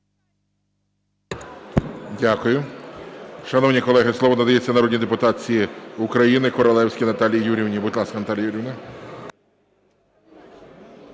Дякую. Шановні колеги, слово надається народній депутатці України Королевській Наталії Юріївні. Будь ласка, Наталія Юріївна.